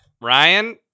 Ryan